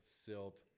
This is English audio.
silt